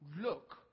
look